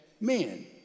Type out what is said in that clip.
men